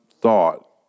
thought